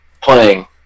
playing